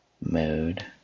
mode